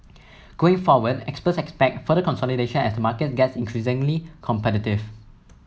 going forward experts expect further consolidation as the market gets increasingly competitive